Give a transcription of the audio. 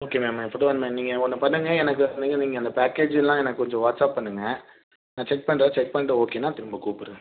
okay ma'am if you don't mind நீங்கள் ஒன்று பண்ணுங்கள் எனக்கு நீங்கள் நீங்கள் அந்த பேக்கேஜுலாம் எனக்கு கொஞ்சம் வாட்ஸ்அப் பண்ணுங்கள் நான் செக் பண்ணுறேன் செக் பண்ணிட்டு ஓகேனா திரும்ப கூப்பிட்றேன்